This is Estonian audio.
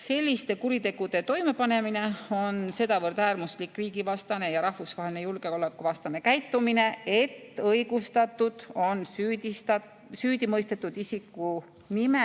Selliste kuritegude toimepanemine on sedavõrd äärmuslik riigivastane ja rahvusvahelise julgeoleku vastane käitumine, et õigustatud on süüdimõistetud isiku nime